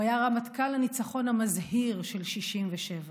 הוא היה רמטכ"ל הניצחון המזהיר של 67'